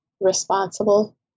responsible